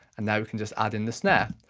and now we can just add in the snare.